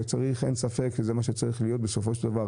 שאין ספק שזה מה שצריך להיות בסופו של דבר,